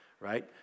right